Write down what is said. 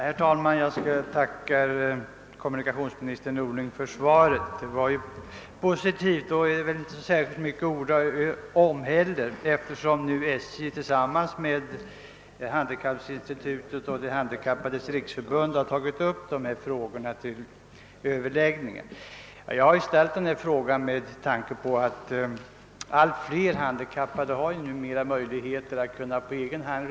Herr talman! Jag tackar kommunikationsminister Norling för svaret. Det var positivt, och jag tycker inte det är särskilt mycket att orda om saken, eftersom SJ nu har tagit upp överläggningar med Handikappinstitutet och De handikappades riksförbund. Jag har ställt min fråga därför att allt fler handikappade tack vare de förbättrade hjälpmedlen har fått möjlighet att resa på egen hand.